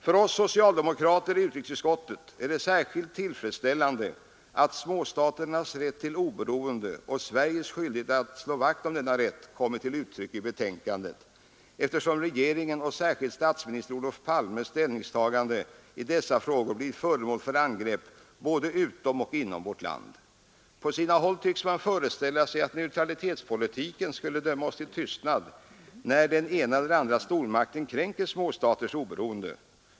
För oss socialdemokrater i utrikesutskottet är det särskilt tillfredsställande att småstaternas rätt till oberoende och Sveriges skyldighet att slå vakt om denna rätt kommit till uttryck i betänkandet, eftersom regeringens och särskilt statsminister Olof Palmes ställningstaganden i dessa frågor blivit föremål för angrepp både utom och inom vårt land. På sina håll tycks man föreställa sig att neutralitetspolitiken skulle döma oss till tystnad, när den ena eller andra stormakten kränker småstaters oberoende.